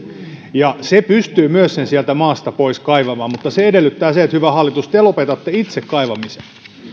ja se pystyy myös sen sieltä maasta pois kaivamaan mutta se edellyttää sitä hyvä hallitus että te lopetatte itse kaivamisen